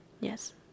yes